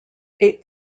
eight